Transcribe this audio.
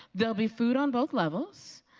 they'll be food on both levels.